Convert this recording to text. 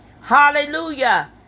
Hallelujah